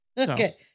Okay